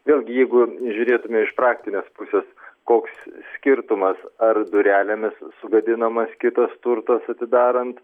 vėlgi jeigu žiūrėtume iš praktinės pusės koks skirtumas ar durelėmis sugadinamas kitas turtas atidarant